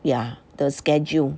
ya the schedule